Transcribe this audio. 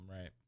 right